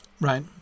right